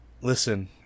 Listen